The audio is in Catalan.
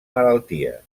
malalties